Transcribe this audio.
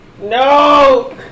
No